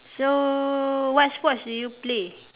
so what sports do you play